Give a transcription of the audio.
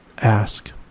Ask